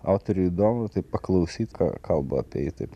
autoriui įdomu taip paklausyt ką kalba apie jį taip